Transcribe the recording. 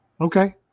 Okay